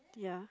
ya